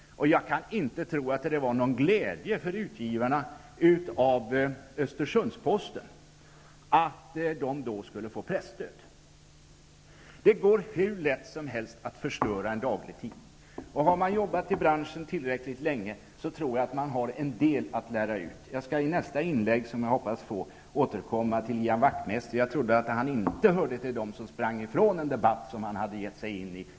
Jag kan inte tro att det var någon glädje för utgivarna av Östersundsposten att de då skulle få presstöd. Det går hur lätt som helst att förstöra en daglig tidning. Om man har jobbat i branschen tillräckligt länge, tror jag att man har en del att lära ut. Jag skall i nästa inlägg, som jag hoppas få, återkomma till Ian Wachtmeister. Jag trodde att han inte var en av dem som sprang ifrån en debatt som han hade gett sig in i.